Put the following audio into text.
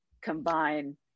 combine